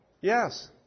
Yes